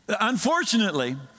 Unfortunately